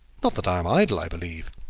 not that i am idle, i believe.